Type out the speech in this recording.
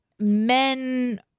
Men